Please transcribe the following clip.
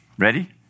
Ready